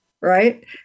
right